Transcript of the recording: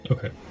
Okay